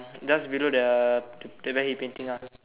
just below the ta~ table he painting ah